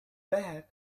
bet